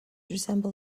resemble